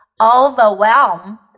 overwhelm